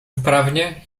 wprawnie